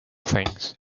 things